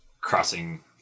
crossing